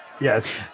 Yes